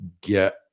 get